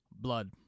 blood